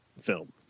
film